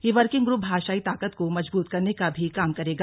यह working group भाषायी ताकत को मजबूत करने का भी काम करेगा